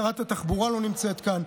שרת התחבורה לא נמצאת כאן,